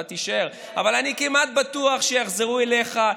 אתה תישאר, אני כמעט בטוח שיחזרו אליך,